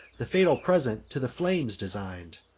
the fatal present to the flames designed,